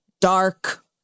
dark